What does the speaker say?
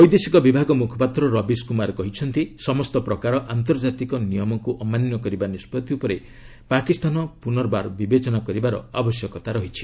ବୈଦେଶିକ ବିଭାଗ ମୁଖପାତ୍ର ରବୀଶ କୁମାର କହିଛନ୍ତି ସମସ୍ତ ପ୍ରକାର ଆନ୍ତର୍ଜାତୀୟ ପ୍ରଥାକୁ ଅମାନ୍ୟ କରିବା ନିଷ୍ପଭି ଉପରେ ପାକିସ୍ତାନ ପୁନଃ ବିବେଚନା କରିବାର ଆବଶ୍ୟକତା ରହିଛି